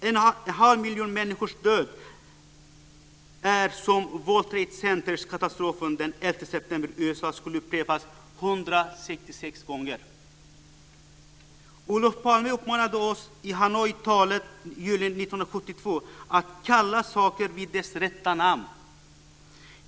En halv miljon människors död är som om katastrofen i World Trade Center den 11 september i Olof Palme uppmanade oss i Hanoitalet julen 1972 att kalla saker vid dess rätta namn.